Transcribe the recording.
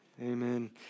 amen